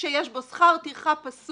זה המסלול הרגיל שיש בו שכר טרחה פסוק